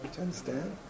understand